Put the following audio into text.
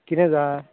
किदें जाय